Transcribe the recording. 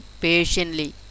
patiently